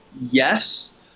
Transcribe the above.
yes